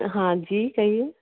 हाँ जी कहिए